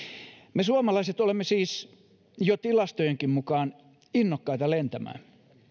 me suomalaiset olemme siis jo tilastojenkin mukaan innokkaita lentämään